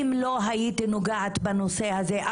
אם לא הייתי נוגעת בנושא הזה,